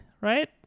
right